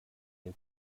den